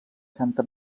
santa